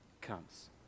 comes